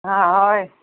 आं हय